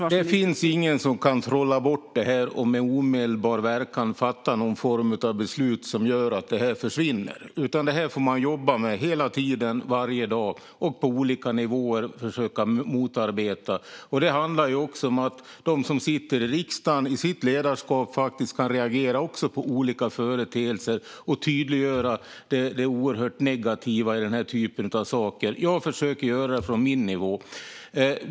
Fru talman! Det finns ingen som kan trolla bort detta eller med omedelbar verkan fatta någon form av beslut som gör att det försvinner. Det här får man jobba med hela tiden, varje dag, och på olika nivåer försöka motarbeta. Det handlar också om att även de som sitter i riksdagen i sitt ledarskap kan reagera på olika företeelser och tydliggöra det oerhört negativa i den här typen av saker. Jag försöker göra det från min nivå.